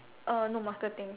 uh no marketing